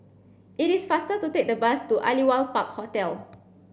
it is faster to take the bus to Aliwal Park Hotel